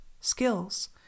skills